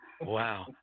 Wow